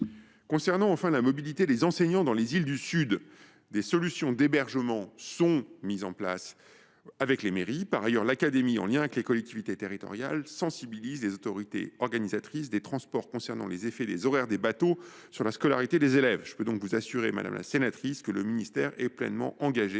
Concernant la mobilité des enseignants dans les îles du sud de la Guadeloupe, des solutions d’hébergement sont mises en place avec les mairies. Par ailleurs, l’académie, en lien avec les collectivités territoriales, sensibilise les autorités organisatrices des transports concernant les effets des horaires des bateaux sur la scolarité des élèves. Je puis donc vous assurer, madame la sénatrice, que le ministère est pleinement engagé